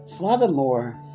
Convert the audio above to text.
Furthermore